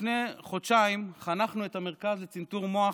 לפני חודשיים חנכנו את המרכז לצנתור מוח